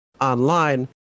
online